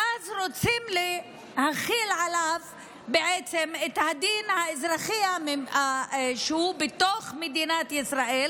ואז רוצים להחיל בעצם את הדין האזרחי שהוא בתוך מדינת ישראל